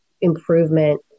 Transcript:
improvement